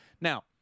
now